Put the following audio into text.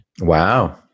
Wow